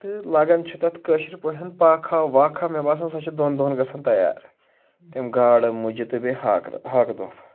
تہٕ لَگان چھُ تَتھ کٲشِر پٲٹھۍ پاکھا واکھا مےٚ باسان سۄ چھِ دۄن دۄہن گژھان تیار تِم گاڈٕ مُجہِ تہٕ بیٚیہِ ہاکہٕ ہاکہٕ